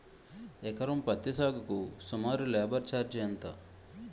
ఎకరం పత్తి సాగుకు సుమారు లేబర్ ఛార్జ్ ఎంత?